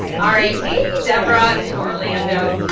alright, hey deborah in orlando.